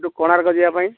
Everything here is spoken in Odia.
ସେଠୁ କୋଣାର୍କ ଯିବା ପାଇଁ